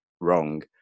wrong